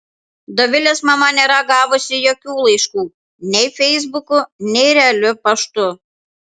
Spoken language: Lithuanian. dovilės mama nėra gavusi jokių laiškų nei feisbuku nei realiu paštu